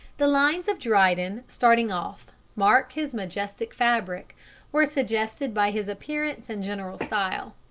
the lines of dryden starting off mark his majestic fabric were suggested by his appearance and general style.